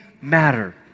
matter